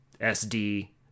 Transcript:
S-D